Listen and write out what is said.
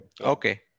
okay